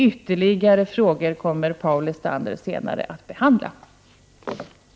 Ytterligare frågor kommer Paul Lestander att behandla senare.